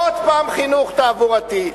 עוד פעם, חינוך תעבורתי.